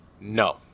No